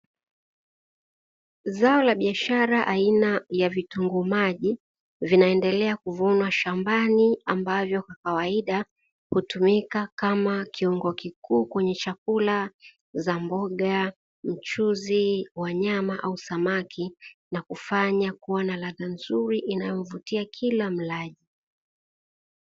Zao la biashara aina ya vitunguu maji, vinaendelea kuvunwa shambani, ambavyo kawaida hutumika kama kiungo kikuu kwenye chakula za mboga, mchuzi wa nyama au samaki na kufanya kuwa na ladha nzuri inayomvutia kila mlaji.